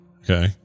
okay